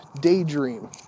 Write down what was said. daydream